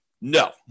No